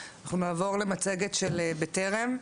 אנחנו נעבור למצגת של בטרם.